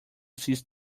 since